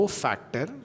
factor